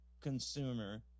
consumer